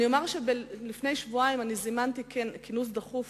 לפני שבועיים זימנתי כינוס דחוף